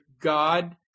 God